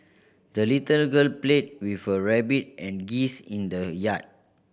the little girl played with her rabbit and geese in the yard